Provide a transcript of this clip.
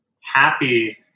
happy